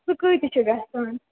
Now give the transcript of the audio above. سُہ کۭتِس چھُ گژھان